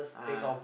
ah